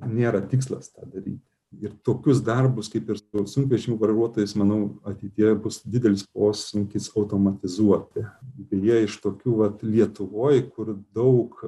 nėra tikslas tą daryti ir tokius darbus kaip ir sunkvežimių vairuotojais manau ateityje bus didelis postūmis automatizuoti beje iš tokių vat lietuvoj kur daug